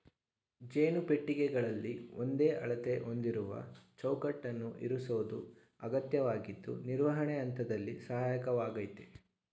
ಜೇನು ಪೆಟ್ಟಿಗೆಗಳಲ್ಲಿ ಒಂದೇ ಅಳತೆ ಹೊಂದಿರುವ ಚೌಕಟ್ಟನ್ನು ಇರಿಸೋದು ಅಗತ್ಯವಾಗಿದ್ದು ನಿರ್ವಹಣೆ ಹಂತದಲ್ಲಿ ಸಹಾಯಕವಾಗಯ್ತೆ